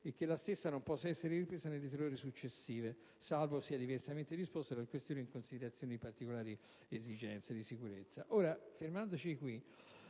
e che la stessa non possa essere ripresa nelle tre ore successive, salvo sia diversamente disposto dal questore in considerazione di particolari esigenze di sicurezza.